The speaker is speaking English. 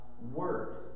word